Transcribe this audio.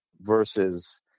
versus